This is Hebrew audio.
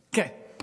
כן.